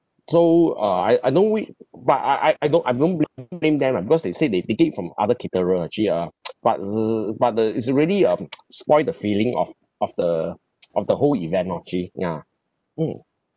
so uh I I know it but I I I don't I don't blame blame them lah because they say they they get it from other caterer actually uh but t~ but the it's really um spoil the feeling of of the of the whole event orh actually ya mm